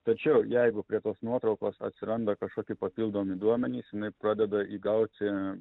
tačiau jeigu prie tos nuotraukos atsiranda kažkokie papildomi duomenys jinai pradeda įgauti